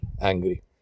angry